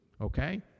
okay